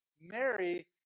Mary